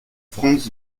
franz